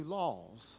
laws